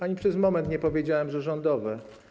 Ani przez moment nie powiedziałem, że były rządowe.